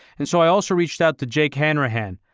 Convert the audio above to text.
and so i also reached out to jake hanrahan.